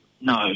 no